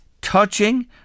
touching